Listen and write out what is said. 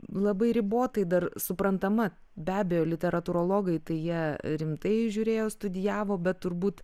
labai ribotai dar suprantama be abejo literatūrologai tai jie rimtai žiūrėjo studijavo bet turbūt